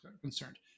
concerned